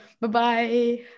Bye-bye